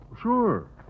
Sure